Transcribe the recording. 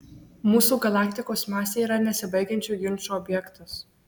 mūsų galaktikos masė yra nesibaigiančių ginčų objektas